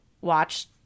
watch